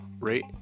rate